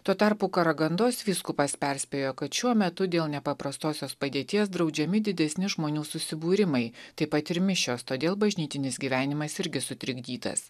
tuo tarpu karagandos vyskupas perspėjo kad šiuo metu dėl nepaprastosios padėties draudžiami didesni žmonių susibūrimai taip pat ir mišios todėl bažnytinis gyvenimas irgi sutrikdytas